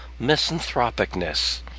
misanthropicness